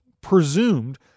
presumed